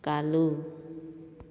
ꯀꯥꯜꯂꯨ